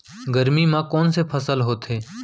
गरमी मा कोन से फसल होथे?